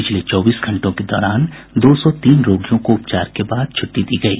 पिछले चौबीस घंटों के दौरान दो सौ तीन रोगियों को उपचार के बाद छूट्टी दी गयी